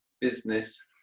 business